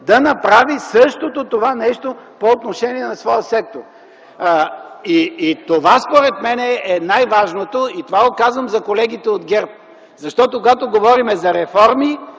да направи същото по отношение на своя сектор! Това според мен е най-важното. Казвам го за колегите от ГЕРБ, защото когато говорим за реформи,